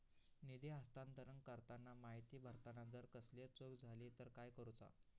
निधी हस्तांतरण करताना माहिती भरताना जर कसलीय चूक जाली तर काय करूचा?